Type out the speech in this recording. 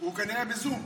הוא כנראה בזום.